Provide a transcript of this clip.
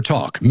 Talk